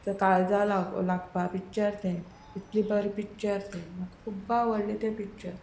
तें काळजा लागो लागपा पिक्चर तें इतली बरें पिक्चर तें म्हाका खुब्ब आवडलें तें पिक्चर